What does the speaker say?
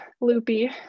loopy